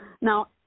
Now